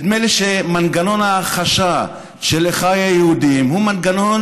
נדמה לי שמנגנון ההכחשה של אחיי היהודים הוא מנגנון